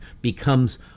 becomes